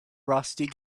rusty